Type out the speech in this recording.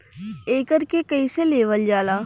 एकरके कईसे लेवल जाला?